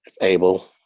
Abel